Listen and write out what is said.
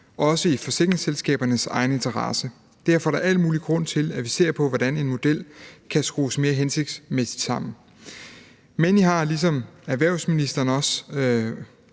også i forsikringsselskabernes egen interesse. Derfor er der al mulig grund til, at vi ser på, hvordan en model kan skrues mere hensigtsmæssigt sammen. Men jeg har, ligesom erhvervsministeren også